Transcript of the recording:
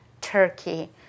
Turkey